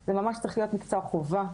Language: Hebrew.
--- זה ממש צריך להיות מקצוע חובה.